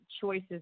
choices